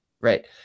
right